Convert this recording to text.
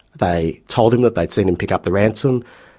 they told him that they'd seen him pick up the ransom,